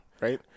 right